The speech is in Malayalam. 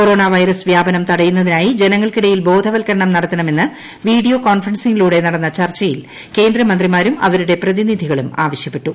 കൊറോണ വൈറസ് വ്യാപനം തടയുന്നതിനായി ജനങ്ങൾക്കിടയിൽ ബോധവത്കരണം നട്ടിത്ത്ണമെന്ന് വീഡിയോ കോൺഫറൻസിംഗിലൂട്ടെ നടന്ന ചർച്ചയിൽ കേന്ദ്ര മന്ത്രിമാരും അവരുടെ പ്രതിനിധികളും ആവശ്യപ്പെട്ടു